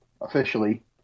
officially